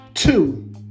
two